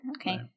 Okay